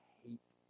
hate